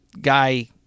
guy